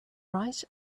right